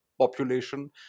population